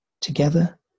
together